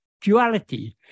duality